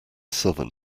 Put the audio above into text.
southern